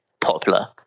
popular